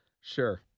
Sure